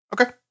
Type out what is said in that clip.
Okay